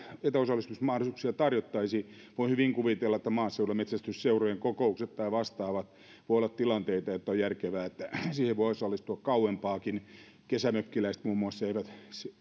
etäosallistumismahdollisuuksia tarjottaisi voin hyvin kuvitella että maaseudulla metsästysseurojen kokouksissa tai vastaavissa voi olla tilanteita että on järkevää että siihen voi osallistua kauempaakin kesämökkiläiset muun muassa eivät